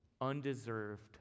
undeserved